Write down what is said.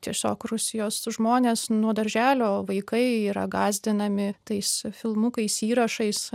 tiesiog rusijos žmonės nuo darželio vaikai yra gąsdinami tais filmukais įrašais